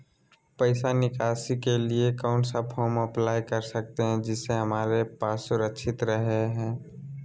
पैसा निकासी के लिए कौन सा फॉर्म अप्लाई कर सकते हैं जिससे हमारे पैसा सुरक्षित रहे हैं?